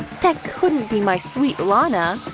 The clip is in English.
that couldn't be my sweet lana.